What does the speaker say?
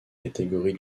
catégories